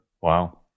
Wow